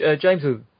James